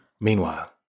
Meanwhile